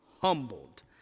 humbled